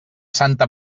santa